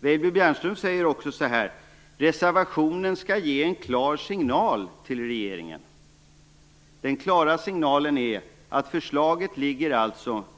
Weibull Bernström säger också att reservationen skall ge en klar signal till regeringen. Den klara signalen är att förslaget ligger